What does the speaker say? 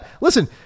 Listen